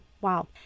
Wow